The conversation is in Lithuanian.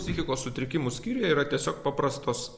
psichikos sutrikimų skyriuje yra tiesiog paprastos